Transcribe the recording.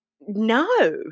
no